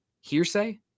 hearsay